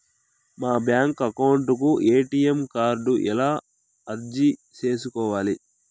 మా bank account కు ATM card ఎలా అర్జీ సేసుకోవాలి?